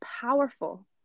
powerful